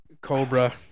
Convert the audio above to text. Cobra